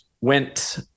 went